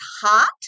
hot